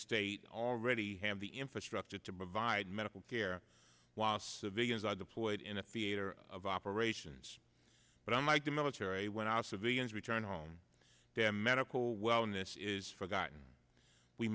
state already have the infrastructure to provide medical care while civilians are deployed in the theater of operations but i'm like the military when i civilians return home to medical well and this is forgotten we